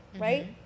right